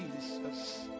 Jesus